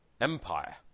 empire